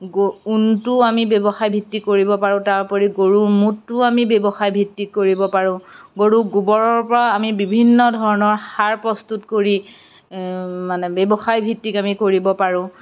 ঊণটোও আমি ব্যৱসায় ভিত্তিক কৰিব পাৰোঁ তাৰ উপৰি গৰু মূতটোও আমি ব্যৱসায় ভিত্তিক কৰিব পাৰোঁ গৰু গোবৰৰপৰাও আমি বিভিন্ন ধৰণৰ সাৰ প্ৰস্তুত কৰি মানে ব্যৱসায় ভিত্তিক আমি কৰিব পাৰোঁ